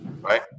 Right